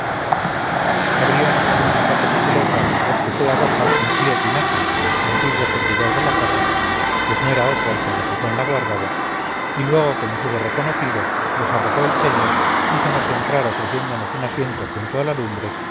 abrionos echando sapos y culebras por su fea boca el tío tinaja antiguo servidor de la casa pues no era otro el que a la sazón la guardaba y luego que nos hubo reconocido desarrugó el ceño hízonos entrar ofreciéndonos un asiento junto a la lumbre